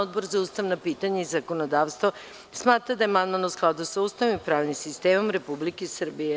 Odbor za ustavna pitanja i zakonodavstvo smatra da je amandman u skladu sa Ustavom i pravnim sistemom Republike Srbije.